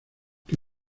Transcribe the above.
que